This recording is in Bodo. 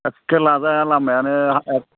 एक्के लाजाया लामायानो